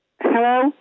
Hello